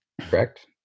correct